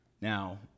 Now